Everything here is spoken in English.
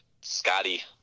Scotty